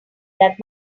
that